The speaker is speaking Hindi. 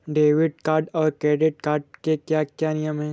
डेबिट कार्ड और क्रेडिट कार्ड के क्या क्या नियम हैं?